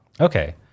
Okay